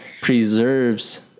Preserves